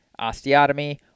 osteotomy